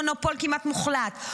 מונופול כמעט מוחלט,